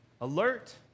alert